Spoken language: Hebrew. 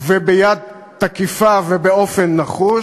וביד תקיפה ובאופן נחוש.